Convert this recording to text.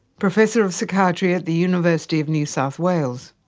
professor of psychiatry at the university of new south wales.